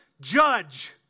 Judge